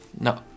No